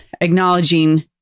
acknowledging